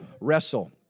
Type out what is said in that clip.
wrestle